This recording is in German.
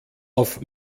auf